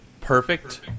perfect